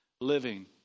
living